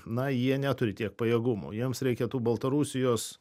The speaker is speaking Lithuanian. na jie neturi tiek pajėgumų jiems reikia tų baltarusijos